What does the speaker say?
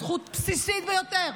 זו זכות בסיסית ביותר.